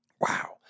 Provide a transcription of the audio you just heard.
Wow